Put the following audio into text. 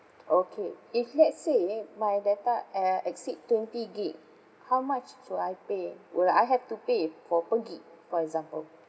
okay if let's say my data uh exceed twenty gig how much would I pay would I have to pay for per gig for example